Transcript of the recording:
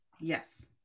Yes